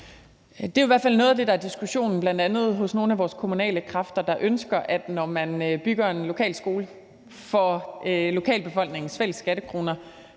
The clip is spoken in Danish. Det er i hvert fald noget af det, der er til diskussion, bl.a. hos nogle af vores kommunale kræfter, der ønsker, at når man bygger en lokal skole for lokalbefolkningens fælles skattekroner,